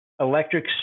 electric